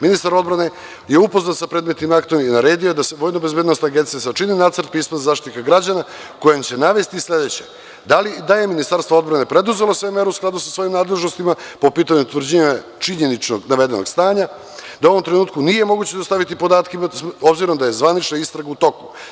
Ministar odbrane je upoznat sa predmetnim aktom i naredio je da se u VBA sačini nacrt pisma Zaštitnika građana kojim će navesti sledeće – da je Ministarstvo odbrane preduzelo sve mere u skladu sa svojim nadležnostima po pitanju utvrđivanja činjeničnog navedenog stanja, da uovom trenutku nije moguće dostaviti podatke obzirom da je zvanična istraga u toku.